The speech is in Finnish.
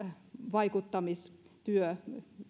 vaikuttamistyö